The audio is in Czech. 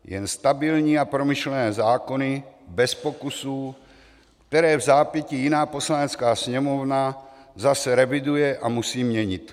Jen stabilní a promyšlené zákony bez pokusů, které vzápětí jiná Poslanecká sněmovna zase reviduje a musí měnit.